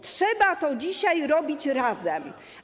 Trzeba to dzisiaj robić razem.